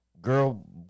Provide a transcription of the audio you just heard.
girl